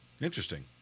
Interesting